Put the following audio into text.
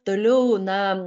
toliau na